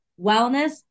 wellness